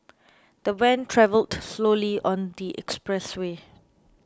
the van travelled slowly on the expressway